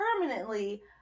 permanently